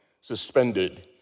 suspended